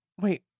Wait